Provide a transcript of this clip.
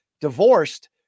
divorced